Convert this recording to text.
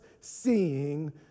seeing